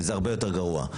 כשזה הרבה יותר גרוע.